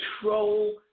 control